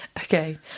okay